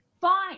Fine